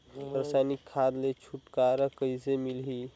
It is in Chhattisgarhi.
रसायनिक खाद ले छुटकारा कइसे मिलही?